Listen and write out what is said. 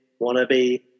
wannabe